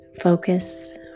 Focus